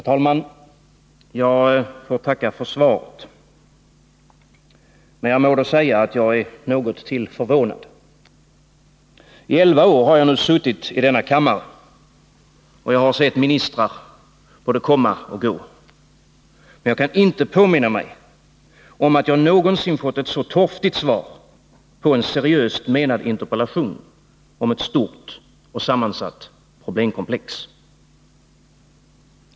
Herr talman! Jag får tacka för svaret. Men jag må då säga att jag är något till förvånad. I elva år har jag nu suttit i denna kammare, och jag har sett ministrar både komma och gå. Men jag kan inte påminna mig att jag någonsin fått ett så torftigt svar på en seriöst menad interpellation om ett stort och sammansatt problemkomplex.